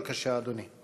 בבקשה, אדוני.